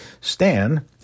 Stan